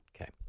Okay